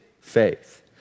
faith